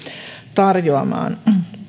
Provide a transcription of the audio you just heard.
tarjoamaan